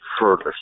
further